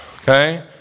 Okay